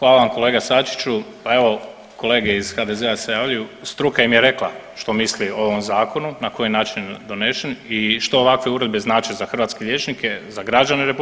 Hvala vam kolega Sačiću, pa evo kolege iz HDZ-a se javljaju, struka im je rekla što misli o ovom zakonu, na koji način je donešen i što ovakve uredbe znače za hrvatske liječnike, za građane RH